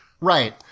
Right